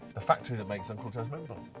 a factory that makes uncle joe's mint